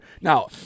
Now